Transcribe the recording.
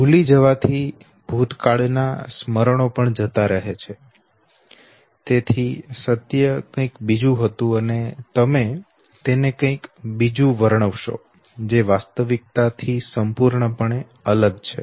ભૂલી જવા થી ભૂતકાળના સ્મરણો પણ જતા રહે છે તેથી સત્ય કંઈક બીજું હતું અને તમે તેને કંઈક બીજું વર્ણવશો જે વાસ્તવિકતા થી સંપૂર્ણપણે અલગ છે